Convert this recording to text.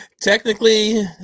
Technically